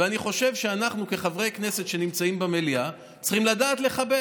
ואני חושב שאנחנו כחברי כנסת שנמצאים במליאה צריכים לדעת לכבד.